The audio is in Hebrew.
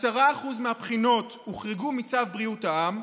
10% מהבחינות הוחרגו מצו בריאות העם,